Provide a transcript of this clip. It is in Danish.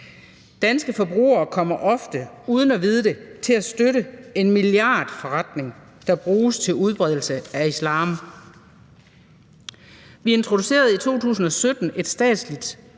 danske forbrugere kommer ofte uden at vide det til at støtte en milliardforretning, der bruges til udbredelse af islam. Vi introducerede i 2017 et statsligt